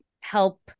help